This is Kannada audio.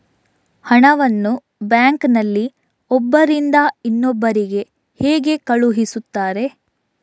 ಹಣವನ್ನು ಬ್ಯಾಂಕ್ ನಲ್ಲಿ ಒಬ್ಬರಿಂದ ಇನ್ನೊಬ್ಬರಿಗೆ ಹೇಗೆ ಕಳುಹಿಸುತ್ತಾರೆ?